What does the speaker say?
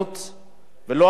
ולא תהיה אפליה.